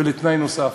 ולתנאי נוסף,